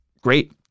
Great